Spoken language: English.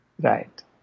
Right